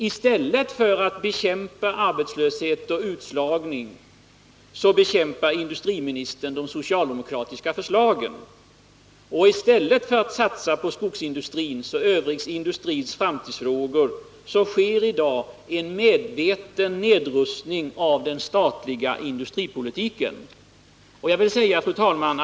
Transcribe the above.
I stället för att bekämpa arbetslöshet och utslagning bekämpar industriministern de socialdemokratiska förslagen. Och i stället för att satsa på skogsindustrins och övrig industris framtidsfrågor genomför man i dag en medveten nedrustning av den statliga industripolitiken. Jag vill säga, fru talman.